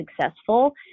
successful